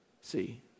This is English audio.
See